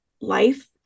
life